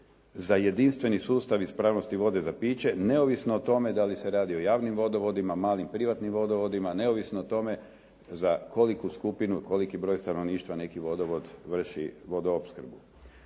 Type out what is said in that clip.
za jedinstveni sustav ispravnosti vode za piće, neovisno o tome da li se radi o javnim vodovodima, malim privatnim vodovodima, neovisno o tome za koliko skupinu i koliko broj stanovništva neki vodovod vrši vodoopskrbu.